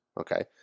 Okay